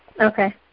Okay